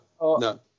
no